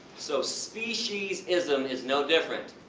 so species-ism is no different.